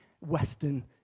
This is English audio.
Western